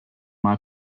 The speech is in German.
mal